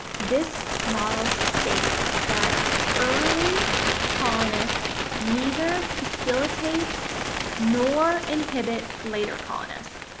this model states that early colonists neither facilitate nor inhibit later colonists.